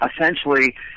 essentially